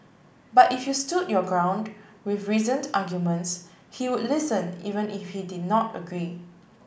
but if you stood your ground with reasoned arguments he listened even if he did not agree